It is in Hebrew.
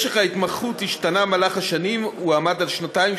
משך ההתמחות השתנה במהלך השנים: הוא עמד על שנתיים,